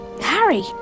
Harry